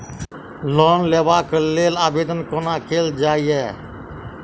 Loan लेबऽ कऽ लेल आवेदन कोना कैल जाइया?